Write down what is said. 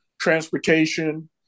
transportation